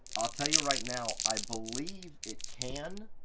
i'll tell you right now, i believe it can.